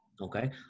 okay